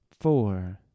four